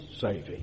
saving